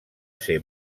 ser